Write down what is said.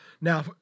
Now